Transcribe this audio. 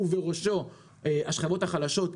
ובראשו השכבות החלשות,